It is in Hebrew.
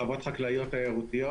החוות החקלאיות התיירותיות.